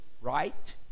right